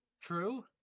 True